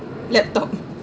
laptop